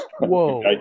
Whoa